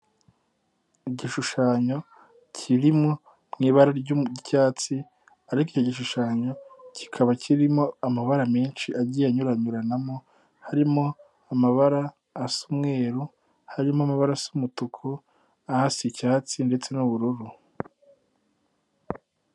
Igishushanyo kirimo mu ibara ry'icyatsi ariko icyo gishushanyo kikaba kirimo amabara menshi agiye anyuranyuranamo harimo: amabara asa umweru, harimo amabara asa umutuku, ahasi icyatsi ndetse n'ubururu.